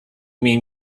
mean